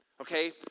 Okay